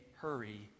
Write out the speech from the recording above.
hurry